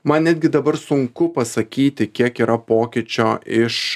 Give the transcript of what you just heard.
man netgi dabar sunku pasakyti kiek yra pokyčio iš